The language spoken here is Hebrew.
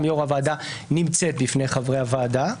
יושב-ראש הוועדה נמצאת בפני חברי הוועדה.